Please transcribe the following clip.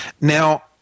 Now